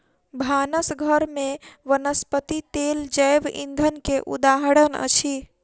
भानस घर में वनस्पति तेल जैव ईंधन के उदाहरण अछि